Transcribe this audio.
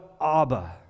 Abba